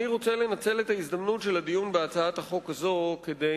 אני רוצה לנצל את ההזדמנות של הדיון בהצעת החוק הזאת כדי